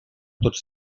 tots